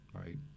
Right